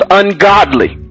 ungodly